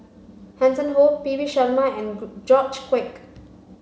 Hanson Ho P V Sharma and George Quek